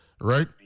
right